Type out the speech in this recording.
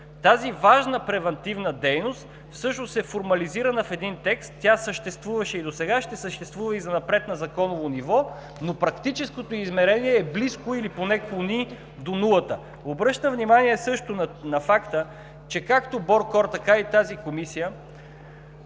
Тази важна превантивна дейност всъщност е формализирана в един текст. Тя съществуваше и досега, ще съществува и занапред на законово ниво, но практическото й измерение е близко или поне клони до нулата. Обръщам внимание също на факта, че както БОРКОР, така и тази Комисия